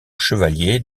chevalier